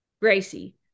Gracie